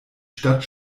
stadt